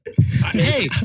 Hey